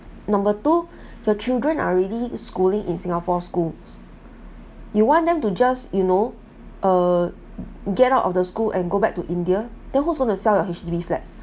number two the children are really schooling in singapore schools you want them to just you know uh get out of the school and go back to india then who's going to sell your H_D_B flats